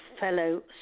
fellow